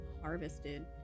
harvested